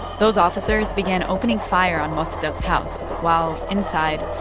those officers began opening fire on mossadegh's house while, inside,